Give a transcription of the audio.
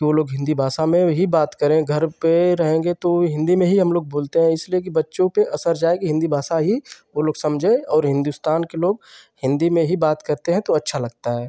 कि वह लोग हिन्दी भाषा में ही बात करें घर पर रहेंगे तो हिन्दी में ही हमलोग बोलते हैं इसलिए कि बच्चों पर असर जाए कि हिन्दी भाषा ही वह लोग समझें और हिन्दुस्तान के लोग हिन्दी में ही बात करते हैं तो अच्छा लगता है